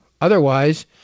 Otherwise